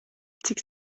cik